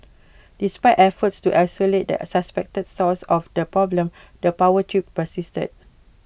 despite efforts to isolate the suspected source of the problem the power trips persisted